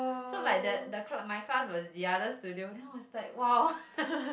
so like the the cl~ my class was the another studio then I was like !wow!